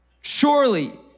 Surely